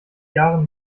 jahren